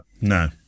No